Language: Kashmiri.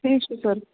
ٹھیٖک چھُ سَر